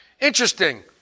Interesting